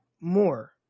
more